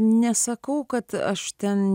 nesakau kad aš ten